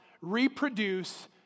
reproduce